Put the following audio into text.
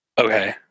Okay